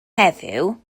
heddiw